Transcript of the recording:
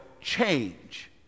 change